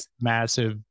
massive